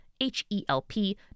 H-E-L-P